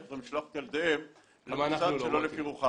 אותם לשלוח את ילדיהם למוסד שלא לפי רוחם.